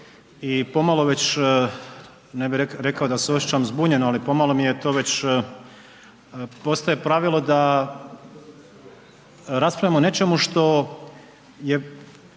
i pomalo, već ne bih rekao da se osjećam zbunjeno, ali pomalo mi je to već, postaje pravilo da raspravljamo o nečemu, što je